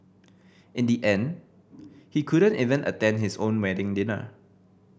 in the end he couldn't even attend his own wedding dinner